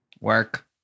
Work